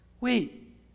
Wait